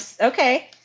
Okay